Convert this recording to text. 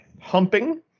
Humping